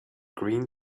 green